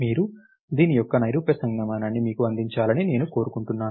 మీరు దీని యొక్క నైరూప్య సంజ్ఞామానాన్ని మీకు అందించాలని నేను కోరుకుంటున్నాను